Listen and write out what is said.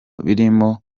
birimo